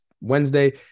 Wednesday